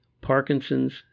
Parkinson's